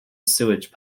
sewage